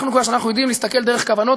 הוכחנו כבר שאנחנו יודעים להסתכל דרך כוונות,